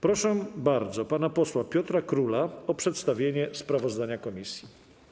Proszę bardzo pana posła Piotra Króla o przedstawienie sprawozdania komisji.